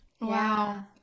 Wow